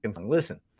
Listen